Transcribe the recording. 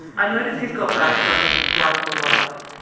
i notice he's got bags under his bright blue eyes,